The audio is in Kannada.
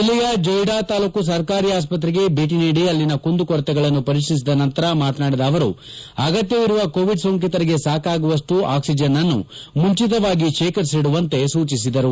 ಜಲ್ಲೆಯ ಜೊಯುಡಾದ ತಾಲೂಕು ಸರ್ಕಾರಿ ಆಸ್ತ್ರೆಗೆ ಭೆಟ ನೀಡಿ ಅಲ್ಲಿನ ಕುಂದು ಕೊರತೆಗಳ ಪರಿಪೀಲಿಸಿದ ನಂತರ ಮಾತನಾಡಿದ ಅವರು ಅಗತ್ತವಿರುವ ಕೋವಿಡ್ ಸೊಂಕಿತರಿಗೆ ಸಾಕಾಗುವಷ್ಟು ಆಕ್ಲಿಜನ್ನನ್ನು ಮುಂಚಿತವಾಗಿ ಶೇಖರಿಸಿಡುವಂತೆ ಸೂಚಿಸಿದರು